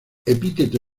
epíteto